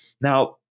Now